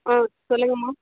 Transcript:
ஆ சொல்லுங்கம்மா